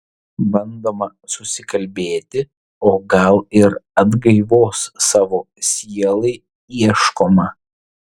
bandoma susikalbėti o gal ir atgaivos savo sielai ieškoma